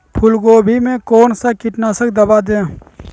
फूलगोभी में कौन सा कीटनाशक दवा दे?